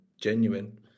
genuine